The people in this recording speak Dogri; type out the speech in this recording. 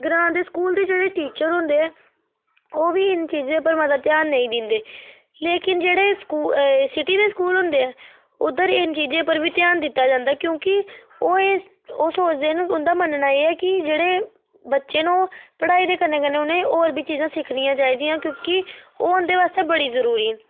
ग्रां दे स्कूल दे जेह्ड़े टीचर होंदे ऐ ओह् बी इनें चीजें पर मता ध्यान नेई दिंदे लेकिन जेह्ड़े स्कूल सिटी दे स्कूल हुंदे ऐ उद्धर इनें चीजें पर बी ध्यान दित्ता जंदा क्योंकि ओह् एह् ओह् सोचदे न उंदा मन्नना एह् ऐ कि जेह्ड़े बच्चे न ओह् पढ़ाई दे कन्नै कन्नै उनें होर बी चीजां सिक्खनियां चाहिदियां क्योंकि ओह् उंदे आस्तै बड़ी जरूरी न